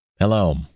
Hello